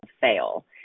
fail